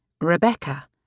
Rebecca